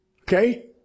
Okay